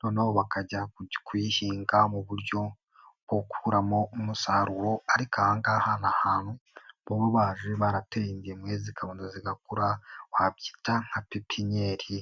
noneho bakajya kuyihinga mu buryo bwo gukuramo umusaruro, ariko ahangaha, ni ahantu baba barateye ingemwe zigakura wabyita nka pipiinieri.